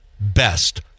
best